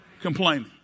Complaining